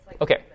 okay